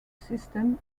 system